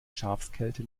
schafskälte